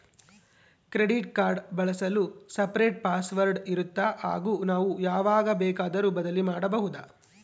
Credit card ಬಳಸಲು separate password ಇರುತ್ತಾ ಹಾಗೂ ನಾವು ಯಾವಾಗ ಬೇಕಾದರೂ ಬದಲಿ ಮಾಡಬಹುದಾ?